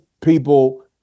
people